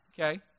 Okay